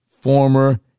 former